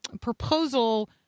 proposal